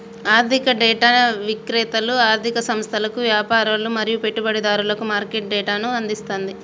ఆర్థిక డేటా విక్రేతలు ఆర్ధిక సంస్థలకు, వ్యాపారులు మరియు పెట్టుబడిదారులకు మార్కెట్ డేటాను అందిస్తది